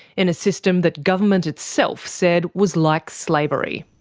in a system that government itself said was like slavery.